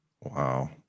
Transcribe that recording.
wow